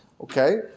okay